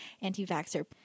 anti-vaxxer